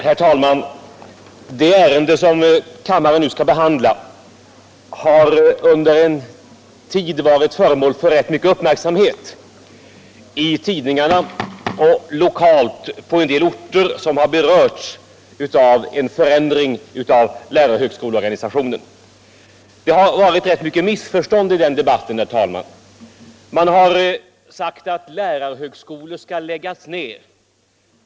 Herr talman! Det ärende som kammaren nu skall behandla har under en tid varit föremål för rätt mycket uppmärksamhet i tidningarna och lokalt på en del orter, som har berörts av en förändring av lärarhögskoleorganisationen. Det har funnits rätt många missförstånd i den debatten. Man har sagt att lärarhögskolor skall läggas ned.